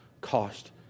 cost